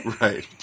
Right